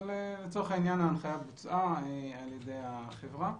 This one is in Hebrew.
אבל ההנחיה בוצעה על ידי החברה.